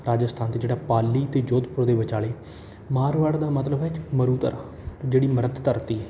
ਰਾਜਸਥਾਨ ਅਤੇ ਜਿਹੜਾ ਪਾਲੀ ਅਤੇ ਜੋਧਪੁਰ ਦੇ ਵਿਚਾਲੇ ਮਾਰਵਾੜ ਦਾ ਮਤਲਬ ਹੈ ਮਰੂਦਾ ਜਿਹੜੀ ਮ੍ਰਿਤ ਧਰਤੀ ਹੈ